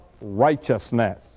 righteousness